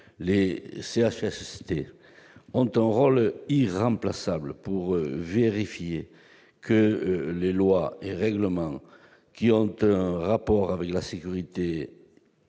les CHSCT ont un rôle irremplaçable pour vérifier que les lois et règlements ayant un rapport avec la sécurité